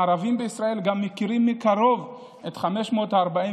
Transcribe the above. הערבים בישראל גם מכירים מקרוב את 542